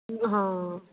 ਹਾਂ